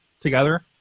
together